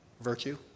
virtue